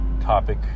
topic